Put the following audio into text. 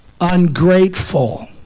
ungrateful